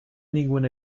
ninguna